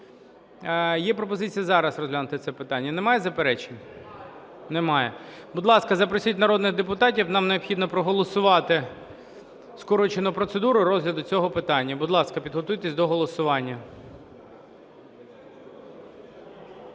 Є пропозиція зараз розглянути це питання. Немає заперечень? Немає. Будь ласка, запросіть народних депутатів, нам необхідно проголосувати скорочену процедуру розгляду цього питання. Будь ласка, підготуйтеся до голосування.